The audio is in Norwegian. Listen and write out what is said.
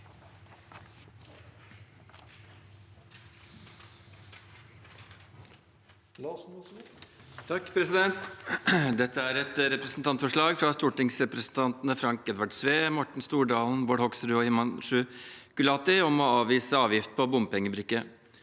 for saken): Dette er et representantforslag fra stortingsrepresentantene Frank Edvard Sve, Morten Stordalen, Bård Hoksrud og Himanshu Gulati om å avvise avgift på bompengebrikke.